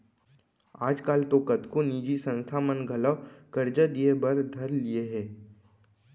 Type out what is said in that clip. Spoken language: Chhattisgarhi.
आज काल तो कतको निजी संस्था मन घलौ करजा दिये बर धर लिये हें